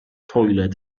toilet